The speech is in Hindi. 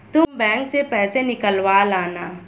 तुम बैंक से पैसे निकलवा लाना